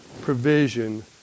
provision